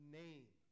name